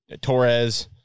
Torres